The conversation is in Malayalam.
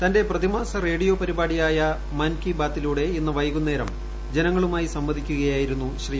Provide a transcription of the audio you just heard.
തന്റെ പ്രതിമാസ റേഡിയോ പ്രഭാഷണ പരിപാടിയായ മൻ കി ബാതിലൂടെ ഇന്ന് വൈകുന്നേരം ജനങ്ങളുമായി സംവദിക്കുകയായിരുന്നു ശ്രീ